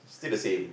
still the same